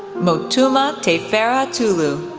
motuma tefera tulu.